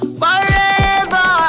forever